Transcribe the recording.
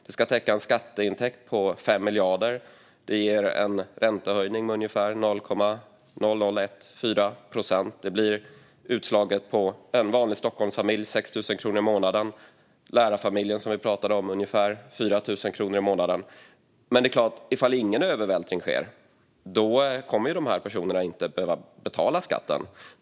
Det ska täcka en skatteintäkt på 5 miljarder, och det ger en räntehöjning med ungefär 0,0014 procent. Det blir utslaget på en vanlig Stockholmsfamilj 6 000 kronor i månaden. För lärarfamiljen, som vi pratade om, blir det ungefär 4 000 kronor i månaden. Om ingen övervältring sker kommer de här personerna såklart inte att behöva betala skatten.